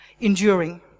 enduring